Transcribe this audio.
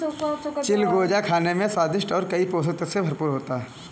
चिलगोजा खाने में स्वादिष्ट और कई पोषक तत्व से भरपूर होता है